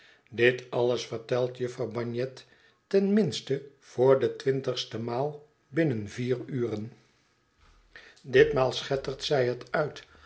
dit alles vertelt jufvrouw bagnet ten minste voor de twintigste maal binnen de vier uren ditmaal schettert zij het uit